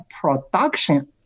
production